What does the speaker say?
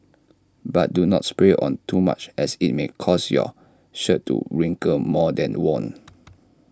but do not spray on too much as IT may cause your shirt to wrinkle more than worn